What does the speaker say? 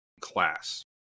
class